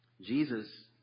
Jesus